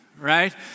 right